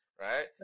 right